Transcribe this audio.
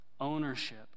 ownership